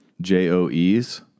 J-O-E's